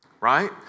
Right